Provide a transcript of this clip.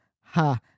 ha